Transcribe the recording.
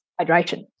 hydration